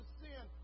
sin